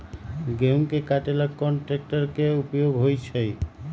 गेंहू के कटे ला कोंन ट्रेक्टर के उपयोग होइ छई?